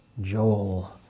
Joel